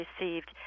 received